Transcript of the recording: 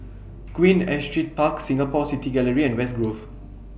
Queen Astrid Park Singapore City Gallery and West Grove